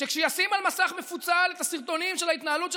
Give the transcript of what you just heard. שכשישים על מסך מפוצל את הסרטונים של ההתנהלות של